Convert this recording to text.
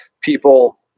people